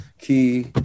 key